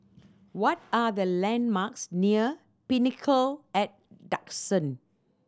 what are the landmarks near Pinnacle at Duxton